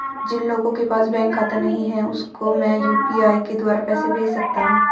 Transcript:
जिन लोगों के पास बैंक खाता नहीं है उसको मैं यू.पी.आई के द्वारा पैसे भेज सकता हूं?